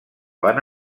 van